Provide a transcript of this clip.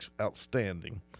outstanding